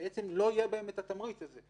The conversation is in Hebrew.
שלא יהיה בהם התמריץ הזה.